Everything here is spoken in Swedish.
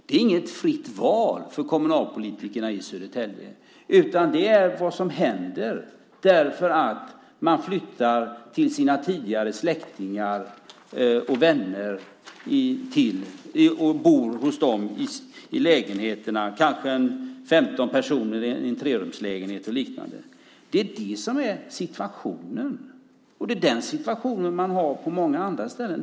Det är inget fritt val för kommunalpolitikerna i Södertälje, utan det är vad som händer därför att man flyttar till sina tidigare släktingar och vänner och bor hos dem i lägenheterna - kanske 15 personer i en trerumslägenhet och liknande. Det är det som är situationen. Det är den situationen man har också på många andra ställen.